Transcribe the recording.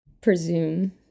presume